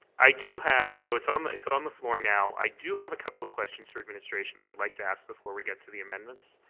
i do have, so it's on it's on the floor now, i do have a couple of questions for administration that i'd like to ask before we get to the amendments.